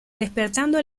despertando